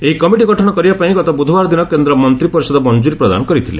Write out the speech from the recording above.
ଏହି କମିଟି ଗଠନ କରିବା ପାଇଁ ଗତ ବୁଧବାର ଦିନ କେନ୍ଦ୍ର ମନ୍ତ୍ରୀପରିଷଦ ମଞ୍ଜରୀ ପ୍ରଦାନ କରିଥିଲେ